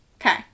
Okay